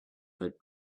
but